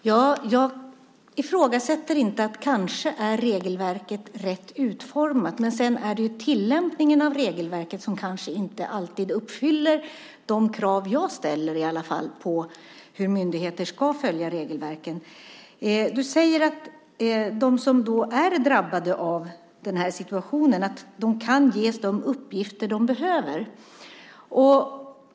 Herr talman! Jag ifrågasätter inte att regelverket är rätt utformat. Det kanske det är. Men det är tillämpningen av regelverket som kanske inte alltid uppfyller de krav som i alla fall jag ställer på hur myndigheter ska följa regelverken. Ministern säger att de som är drabbade av den här situationen kan ges de uppgifter de behöver.